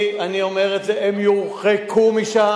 אני אומר את זה: הם יורחקו משם,